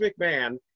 McMahon